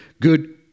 good